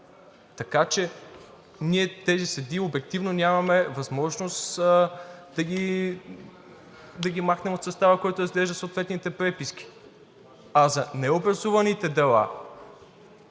Така че ние тези съдии обективно нямаме възможност да ги махнем от състава, който разглежда съответните преписки. А за необразуваните дела,